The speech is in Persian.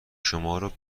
شمارو